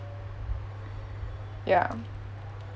ya